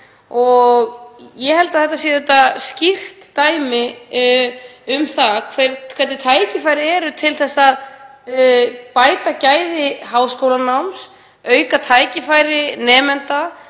Ég held að þetta sé skýrt dæmi um það hvernig tækifæri eru til að bæta gæði háskólanáms, auka tækifæri nemenda